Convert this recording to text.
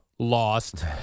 Lost